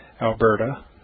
Alberta